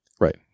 Right